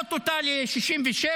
ולהעלות אותה ל-67,